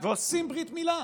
ועושים ברית מילה